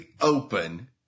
open